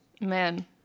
Man